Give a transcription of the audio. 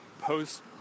post